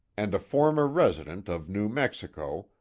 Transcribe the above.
and a former resident of new mexico,